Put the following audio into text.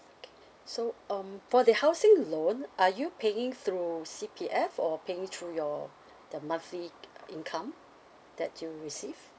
so um for the housing loan are you paying through C_P_F or paying through your the monthly income that you receive